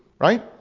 Right